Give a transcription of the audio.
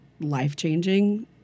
life-changing